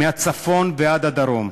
מהצפון ועד הדרום,